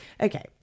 Okay